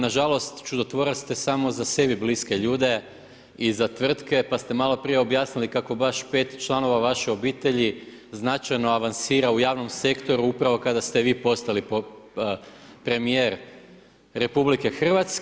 Nažalost čudotvorac ste samo za sebi bliske ljude i za tvrtke pa ste malo prije objasnili kako baš 5 članova veš obitelji značajno avansira u javnom sektoru upravo kada ste vi postali premijer RH.